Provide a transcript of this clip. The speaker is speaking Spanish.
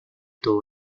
todo